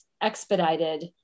expedited